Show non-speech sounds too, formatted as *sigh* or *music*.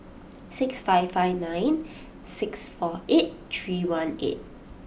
six five five nine *noise* six four eight three one eight